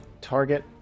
Target